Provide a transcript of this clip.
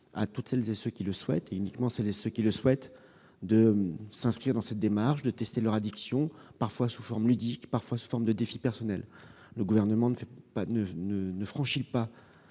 à tous ceux qui le souhaitent, et uniquement à eux, de s'inscrire dans cette démarche, de tester leur addiction, parfois sous forme ludique, parfois sous forme de défi personnel. Le Gouvernement ne franchit pas